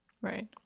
Right